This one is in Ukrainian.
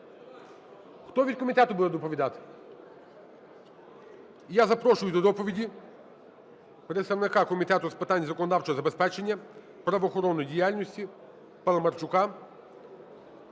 Хто від комітету буде доповідати? Я запрошую до доповіді представника Комітету з питань законодавчого забезпечення правоохоронної діяльності Паламарчука.